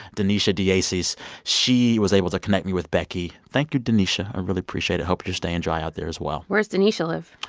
daneisha deaces. she was able to connect me with becky. thank you, daneisha. i really appreciate it. hope you're staying dry out there as well where's daneisha live?